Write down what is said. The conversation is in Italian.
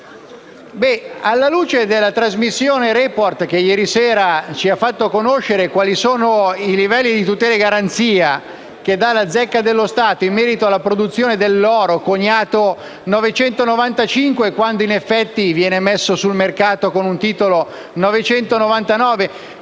Alla luce della trasmissione «Report», che ieri sera ci ha fatto conoscere i livelli di tutela e garanzia forniti dalla Zecca dello Stato in merito alla produzione dell'oro coniato 995, quando in effetti viene immesso sul mercato con un titolo 999